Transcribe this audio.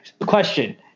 Question